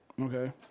Okay